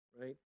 right